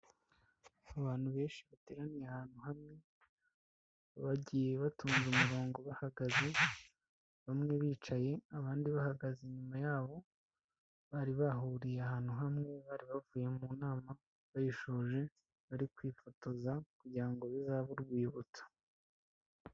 Abantu benshi bateraniye ahantu hamwe, bagiye batonze umurongo bahagaze, bamwe bicaye abandi bahagaze inyuma yabo, bari bahuriye ahantu hamwe, bari bavuye mu nama bayishoje bari kwifotoza, kugira ngo bizabe urwibutso.